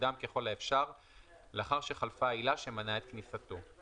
מוקדם ככל האפשר לאחר שחלפה העילה שמנעה את כניסתו.